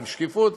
עם שקיפות,